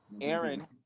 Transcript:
Aaron